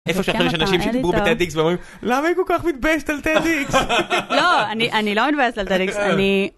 איפה יש עכשיו אנשים שדיברו ב tedx ואומרים, למה את כל כך מתבאסת על tedx. לא אני לא מתבאסת על tedx